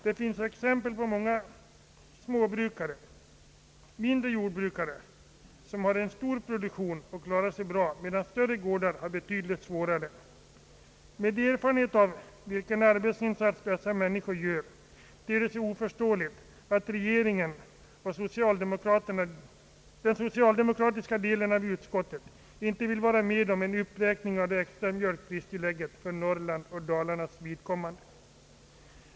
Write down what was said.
Det finns exempel på många småbrukare och mindre jordbrukare som har en stor produktion och klarar sig bra medan större gårdar har det betydligt svårare. Med erfarenhet av vilken arbetsinsats dessa människor gör ter. det sig för mig oförståeligt att regeringen :oeh den .socialdemokratiska delen av utskottet inte vill gå med på en uppräkning av det extra: mjölkpristillägget för Norrlands och Dalarnas vidkommande.